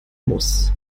muss